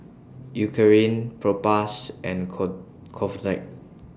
Eucerin Propass and Convatec